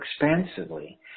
expansively